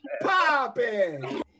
popping